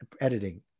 editing